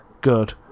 good